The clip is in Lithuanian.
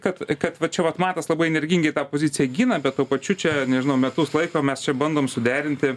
kad kad va čia vat matas labai energingai tą poziciją gina bet tuo pačiu čia nežinau metus laiko mes čia bandom suderinti